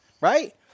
right